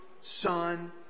Son